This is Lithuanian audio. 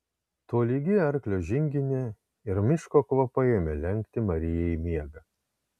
tolygi arklio žinginė ir miško kvapai ėmė lenkti mariją į miegą